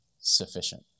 sufficient